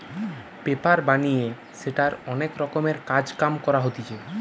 paper বানিয়ে সেটার অনেক রকমের কাজ কাম করা হতিছে